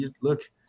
look